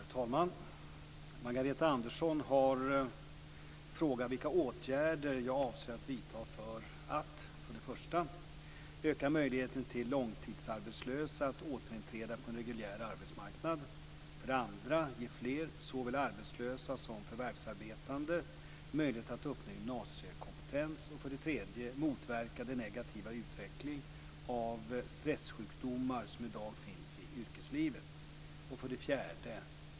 Herr talman! Margareta Andersson har frågat vilka åtgärder jag avser att vidta för att: 1. Öka möjligheten för långtidsarbetslösa att återinträda på en reguljär arbetsmarknad. 2. Ge fler, såväl arbetslösa som förvärvsarbetande, möjlighet att uppnå gymnasiekompetens. 3. Motverka den negativa utveckling av stressjukdomar som i dag finns i yrkeslivet. 4.